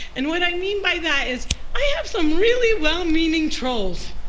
and what i mean by that is i have some really well-meaning trolls.